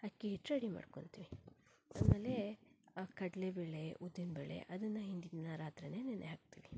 ಅಕ್ಕಿ ಹಿಟ್ಟು ರೆಡಿ ಮಾಡ್ಕೊಂತೀವಿ ಆಮೇಲೆ ಕಡಲೇ ಬೇಳೆ ಉದ್ದಿನ ಬೇಳೆ ಅದನ್ನು ಹಿಂದಿನ ದಿನ ರಾತ್ರಿನೆ ನೆನೆಹಾಕ್ತೀವಿ